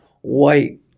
white